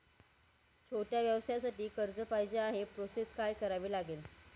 छोट्या व्यवसायासाठी कर्ज पाहिजे आहे प्रोसेस काय करावी लागेल?